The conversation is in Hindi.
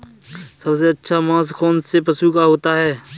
सबसे अच्छा मांस कौनसे पशु का होता है?